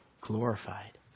glorified